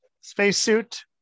spacesuit